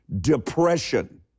depression